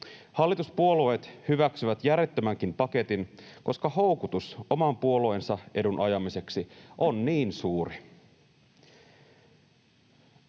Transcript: Hallituspuolueet hyväksyvät järjettömänkin paketin, koska houkutus oman puolueen edun ajamiseksi on niin suuri.